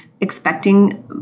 expecting